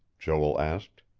joel asked.